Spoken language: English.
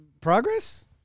Progress